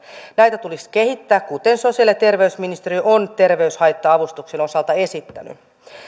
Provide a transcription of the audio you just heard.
näitä tulisi kehittää kuten sosiaali ja terveysministeriö on terveyshaitta avustuksen osalta esittänyt